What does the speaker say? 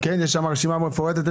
שם רשימה מפורטת?